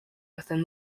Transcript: within